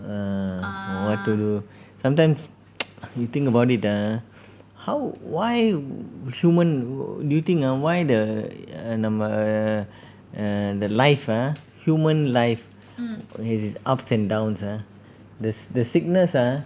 err what to do sometimes you think about it ah how why human do you think ah why the err நம்ம:namma err err the life ah human life is ups and downs ah the the sickness ah